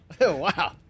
Wow